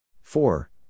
four